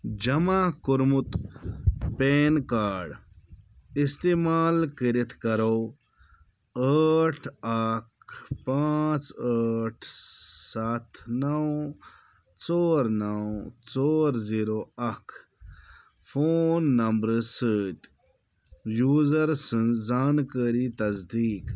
جمع کوٚرمُت PAN card استعمال کٔرتھ کرو ٲٹھ اکھ پانٛژھ ٲٹھ سَتھ نو ژور نو ژور زیٖرو اکھ فون نمبرٕ سۭتۍ یوٗزر سٕنٛز زانٛکٲری تصدیٖق